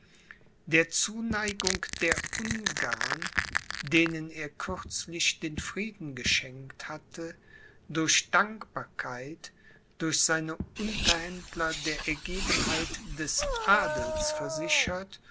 der zuneigung der ungarn denen er kürzlich den frieden geschenkt hatte durch dankbarkeit durch seine unterhändler der ergebenheit des adels versichert